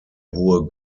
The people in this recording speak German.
hohe